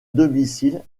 domicile